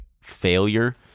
failure